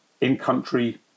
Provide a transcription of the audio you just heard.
In-country